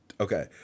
okay